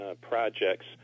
projects